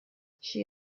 she